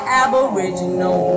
aboriginal